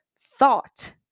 thought